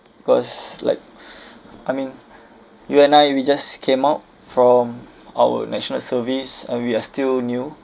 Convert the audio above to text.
cause like I mean you and I we just came out from our national service and we are still new